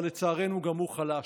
אבל לצערנו, גם הוא חלש.